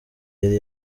yari